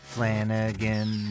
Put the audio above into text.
Flanagan